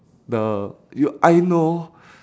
the you I know